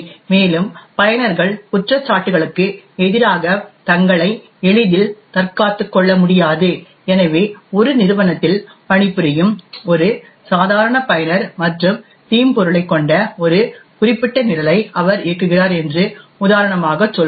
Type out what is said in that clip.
மேலும் பயனர்கள் குற்றச்சாட்டுகளுக்கு எதிராக தங்களை எளிதில் தற்காத்துக் கொள்ள முடியாது எனவே ஒரு நிறுவனத்தில் பணிபுரியும் ஒரு சாதாரண பயனர் மற்றும் தீம்பொருளைக் கொண்ட ஒரு குறிப்பிட்ட நிரலை அவர் இயக்குகிறார் என்று உதாரணமாகச் சொல்வோம்